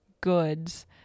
goods